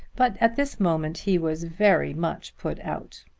but at this moment he was very much put out.